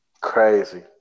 Crazy